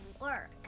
work